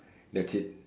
that's it